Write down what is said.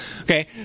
Okay